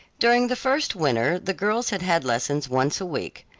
during the first winter the girls had had lessons once a week.